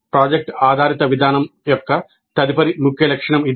project ఆధారిత విధానం యొక్క తదుపరి ముఖ్య లక్షణం ఇది